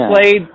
played